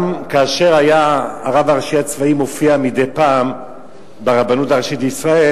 גם כשהיה הרב הצבאי הראשי מופיע מדי פעם במועצת הרבנות הראשית לישראל,